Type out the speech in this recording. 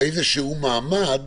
איזשהו מעמד